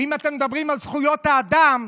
ואם אתם מדברים על זכויות האדם,